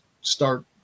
start